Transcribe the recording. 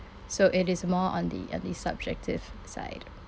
so it is more on the on the subjective side